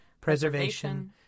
preservation